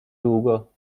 długo